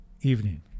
evening